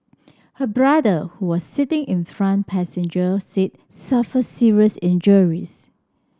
her brother who was sitting in front passenger seat suffered serious injuries